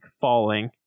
falling